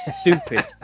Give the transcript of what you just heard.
Stupid